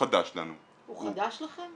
חדש לנו -- הוא חדש לכם?